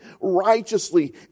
righteously